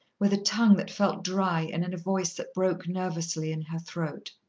with a tongue that felt dry and in a voice that broke nervously in her throat.